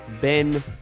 Ben